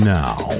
now